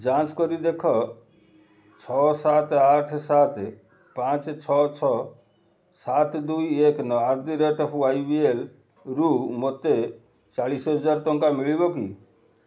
ଯାଞ୍ଚ କରି ଦେଖ ଛଅ ସାତ ଆଠ ସାତ ପାଞ୍ଚ ଛଅ ଛଅ ସାତ ଦୁଇ ଏକ ନଅ ଆଟ୍ ଦ ରେଟ୍ ୱାଇବିଏଲ୍ରୁ ମୋତେ ଚାଳିଶ ହଜାର ଟଙ୍କା ମିଳିବ କି